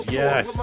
yes